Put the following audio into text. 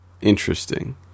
interesting